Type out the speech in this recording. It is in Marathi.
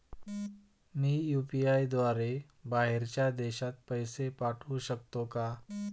मी यु.पी.आय द्वारे बाहेरच्या देशात पैसे पाठवू शकतो का?